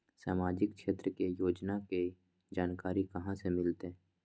सामाजिक क्षेत्र के योजना के जानकारी कहाँ से मिलतै?